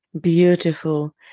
Beautiful